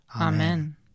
Amen